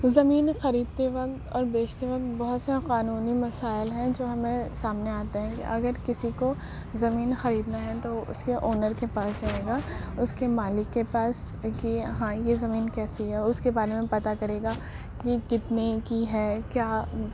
زمین خریدتے وقت اور بیچتے وقت بہت سے قانونی مسائل ہیں جو ہمیں سامنے آتے ہیں کہ اگر کسی کو زمین خریدنا ہے تو اس کے آنر کے پاس جائے گا اس کے مالک کے پاس کہ ہاں یہ زمین کیسی ہے اس کے بارے میں پتا کرے گا یہ کتنے کی ہے کیا